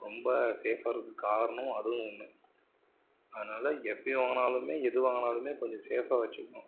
ரொம்ப சேஃபாக இருக்க காரணம் அதுவும் ஒன்று அதனால எப்போ வாங்கினாலுமே எது வாங்கினாலுமே கொஞ்சம் சேஃபாக வைச்சுக்குணும்